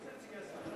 מי זה נציגי הסיעה שלי?